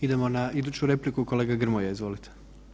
Idemo na iduću repliku, kolega Grmoja izvolite.